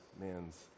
man's